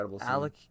Alec